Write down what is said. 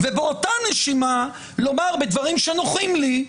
ובאותה נשימה לומר בדברים שנוחים לי,